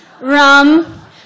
Rum